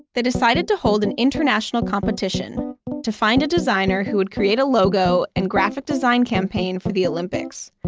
they decided to hold an international competition to find a designer who would create a logo and graphic design campaign for the olympics.